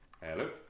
hello